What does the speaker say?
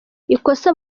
ikosa